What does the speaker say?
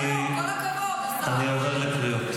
איזה יופי.